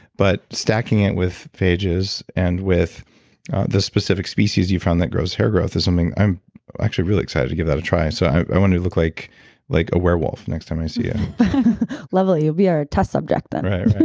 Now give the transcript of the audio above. but stacking it with phages and with the specific species you've found that grows hair growth is something that i'm actually really excited to give that a try. so i want to look like like a werewolf next time i see you lovely, you'll be our test subject then right,